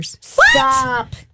Stop